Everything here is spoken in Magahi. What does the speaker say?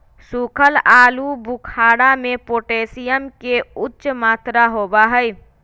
सुखल आलू बुखारा में पोटेशियम के उच्च मात्रा होबा हई